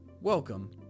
Welcome